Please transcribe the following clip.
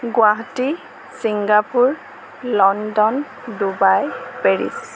Guwahati Singapore London Dubai Paris